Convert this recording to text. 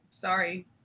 Sorry